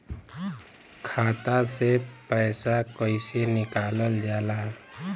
खाता से पैसा कइसे निकालल जाला?